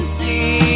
see